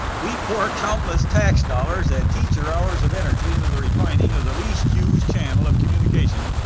we pour countless tax dollars and teacher hours of energy into the refining of the least-used channel of communication,